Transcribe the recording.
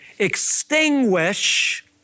Extinguish